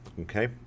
okay